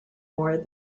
more